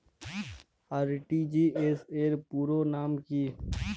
RTGS র পুরো নাম কি?